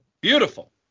Beautiful